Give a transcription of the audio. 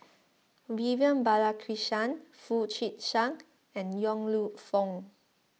Vivian Balakrishnan Foo Chee San and Yong Lew Foong